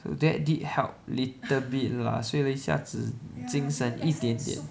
so that did help little bit lah 睡了一下子精神一点点